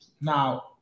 Now